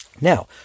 Now